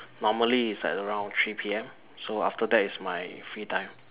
normally is like around three P_M so after that is my free time